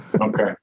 okay